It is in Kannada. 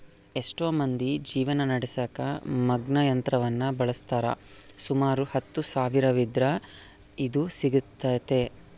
ಎಷ್ಟೊ ಮಂದಿ ಜೀವನ ನಡೆಸಕ ಮಗ್ಗ ಯಂತ್ರವನ್ನ ಬಳಸ್ತಾರ, ಸುಮಾರು ಹತ್ತು ಸಾವಿರವಿದ್ರ ಇದು ಸಿಗ್ತತೆ